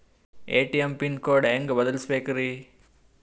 ATM pin code ಹೆಂಗ್ ಬದಲ್ಸ್ಬೇಕ್ರಿ?